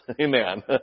Amen